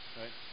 right